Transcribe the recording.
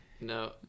No